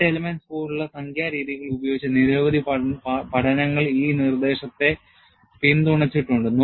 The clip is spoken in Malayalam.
Finite elements പോലുള്ള സംഖ്യാ രീതികൾ ഉപയോഗിച്ച് നിരവധി പഠനങ്ങൾ ഈ നിർദ്ദേശത്തെ പിന്തുണച്ചിട്ടുണ്ട്